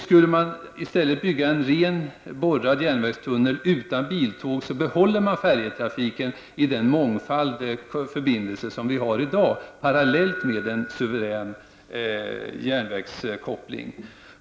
Skulle man i stället enbart bygga en borrad järnvägstunnel som inte är avsedd för transporter med biltåg behåller man den mångfald av färjeförbindelser som vi har i dag parallellt med en järnvägsförbindelse.